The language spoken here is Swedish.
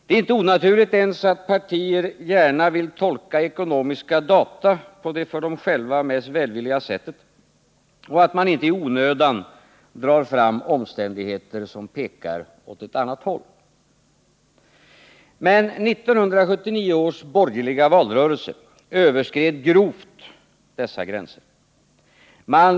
Det är inte onaturligt ens att partier gärna vill tolka ekonomiska data på det för dem själva mest välvilliga sättet och att man inte i onödan drar fram omständigheter som pekar åt ett annat håll. Men i 1979 års valrörelse överskreds dessa gränser grovt på den borgerliga sidan.